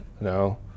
no